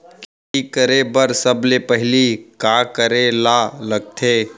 खेती करे बर सबले पहिली का करे ला लगथे?